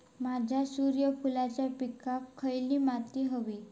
माझ्या सूर्यफुलाच्या पिकाक खयली माती व्हयी?